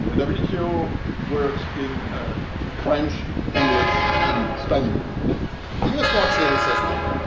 the and wto works in ah french english and spaniard the u s. walks in and says, look,